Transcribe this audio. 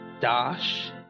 dash